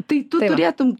taip tu turėtum